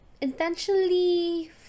intentionally